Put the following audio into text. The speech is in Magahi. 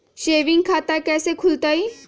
सेविंग खाता कैसे खुलतई?